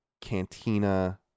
cantina